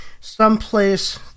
someplace